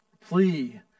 Plea